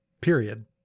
period